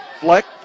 Fleck